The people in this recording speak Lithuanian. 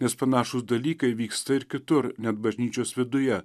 nes panašūs dalykai vyksta ir kitur net bažnyčios viduje